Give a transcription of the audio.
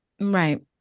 Right